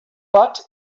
but